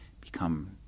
become